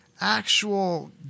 actual